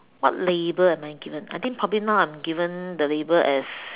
what label am I given I think probably now I am given the label as